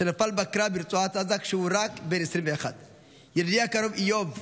נפל בקרב ברצועת עזה כשהוא רק בן 21. ידידי הקרוב איוב,